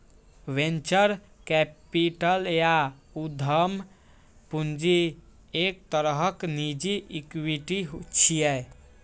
venture capital या उद्यम पूंजी एक तरहक निजी इक्विटी छियै